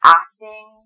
acting